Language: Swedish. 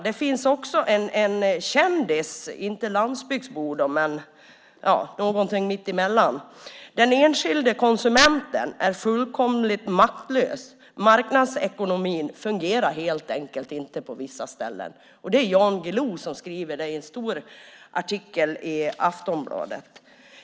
Det finns en kändis, inte landsbygdsbo utan någonting mittemellan, som sagt att den enskilde konsumenten är fullkomligt maktlös, att marknadsekonomin helt enkelt inte fungerar på vissa ställen. Det är Jan Guillou som skriver det i en stor artikel i Aftonbladet.